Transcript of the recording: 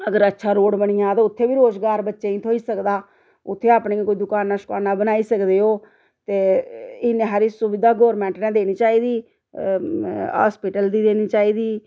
अगर अच्छा रोड बनी जा ते उत्थे बी रोज़गार बच्चें गी थ्होई सकदा उत्थे अपनी कोई दुकानां शुकानां बनाई सकदे ओह् ते इन्नी हारी सुविधा गौरमेंट ने देनी चाहिदी हस्पिटल दी देनी चाहिदी